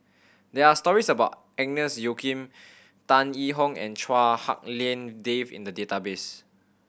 there are stories about Agnes Joaquim Tan Yee Hong and Chua Hak Lien Dave in the database